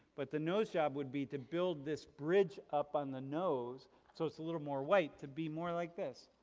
but the nose job would be to build this bridge up on the nose so it's a little more white to be more like this,